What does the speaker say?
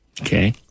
Okay